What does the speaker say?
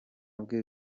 bwe